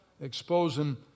exposing